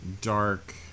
dark